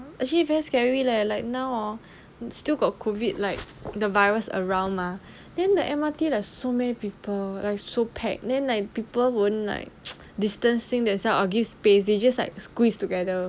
actually very scary leh like now hor still got COVID like the virus around mah then the M_R_T like so many people like so pack then like people won't like distancing themselves or give space they just like squeeze together